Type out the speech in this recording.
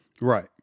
Right